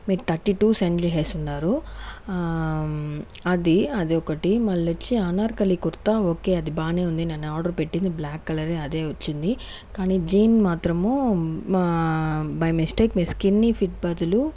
మీరు thirty two send చేసేసి ఉన్నారు అది అది ఒకటి మళ్లీ వచ్చి అనార్కలి కుర్తా ఓకే అది బానే ఉంది నేను ఆర్డర్ పెట్టింది బ్లాక్ కలర్ అదే వచ్చింది కానీ జీన్ మాత్రము మా బై మిస్టేక్ మీరు స్కిన్ ఫిట్ బదులు